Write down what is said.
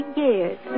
years